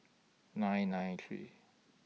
nine nine three